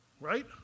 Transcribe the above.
Right